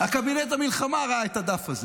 קבינט המלחמה ראה את הדף הזה.